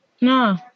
No